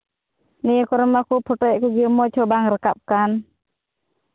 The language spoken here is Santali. ᱱᱤᱭᱟᱹ ᱠᱚᱨᱮ ᱢᱟᱠᱚ ᱯᱷᱳᱴᱳᱭᱮᱫ ᱠᱚᱜᱮᱭᱟ ᱢᱚᱡᱽ ᱦᱚᱸ ᱵᱟᱝ ᱨᱟᱠᱟᱵ ᱠᱟᱱ